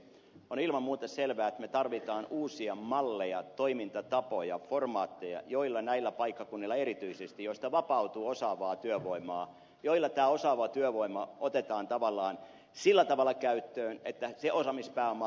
on ilman muuta selvää että me tarvitsemme uusia malleja toimintatapoja formaatteja joilla näillä paikkakunnilla erityisesti joilla vapautuu osaavaa työvoimaa tämä osaava työvoima otetaan tavallaan sillä tavalla käyttöön että se osaamispääoma hyödyntyy mahdollisimman nopeasti